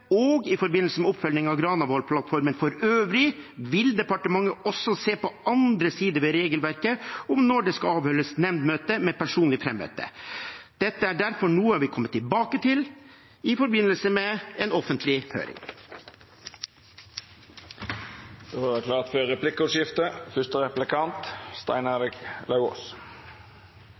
konvertering. I forbindelse med dette punktet og i forbindelse med oppfølging av Granavolden-plattformen for øvrig, vil departementet også se på andre sider ved regelverket om når det skal avholdes nemndmøte med personlig frammøte. Dette er derfor noe vi kommer tilbake til i forbindelse med en offentlig høring. Det vert replikkordskifte.